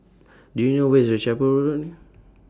Do YOU know Where IS The Chapel Road